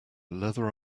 leather